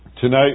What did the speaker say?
Tonight